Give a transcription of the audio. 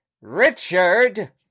Richard